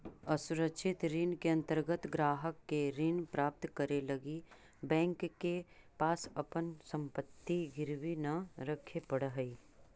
असुरक्षित ऋण के अंतर्गत ग्राहक के ऋण प्राप्त करे लगी बैंक के पास अपन संपत्ति गिरवी न रखे पड़ऽ हइ